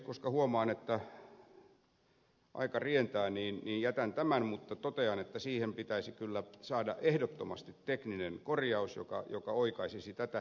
koska huomaan että aika rientää jätän tämän mutta totean että siihen pitäisi kyllä saada ehdottomasti tekninen korjaus joka oikaisisi tätä